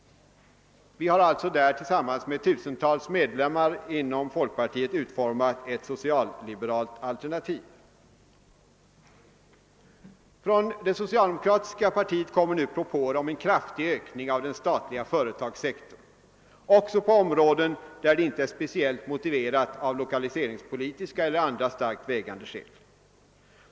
Vi har alltså där tillsammans med tusentals medlemmar inom folkpartiet utformat ett socialliberalt alternativ. Från det socialdemokratiska partiet kommer nu propåer om en kraftig utvidgning av den statliga företagssektorn också på områden, där detta inte är speciellt motiverat av lokaliseringspolitiska eller andra starkt vägande skäl.